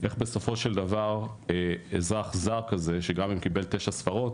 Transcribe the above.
איך בסופו של דבר אזרח זר כזה שגם אם קיבל תשע ספרות